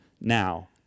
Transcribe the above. now